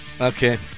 Okay